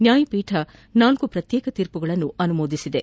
ನ್ಯಾಯಪೀಠ ನಾಲ್ಕು ಪ್ರತ್ಯೇಕ ತೀರ್ಮಗಳನ್ನು ಅನುಮೋದಿಸಿದೆ